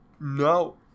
No